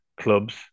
clubs